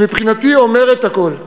שמבחינתי אומרת הכול,